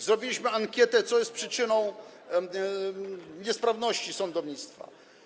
Zrobiliśmy ankietę, co jest przyczyną niesprawności sądownictwa.